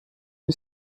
این